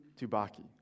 Tubaki